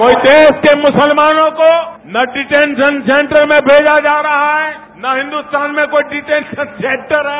कोई देश के मुसलमानों को न डिटेंशन सेंटर में भेजा जा रहा है और न हिन्दुस्तान में कोई डिटेशन सेंटर है